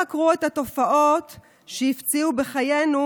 כולם חקרו את התופעות שהפציעו בחיינו,